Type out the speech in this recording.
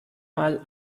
mal